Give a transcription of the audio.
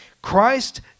Christ